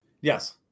Yes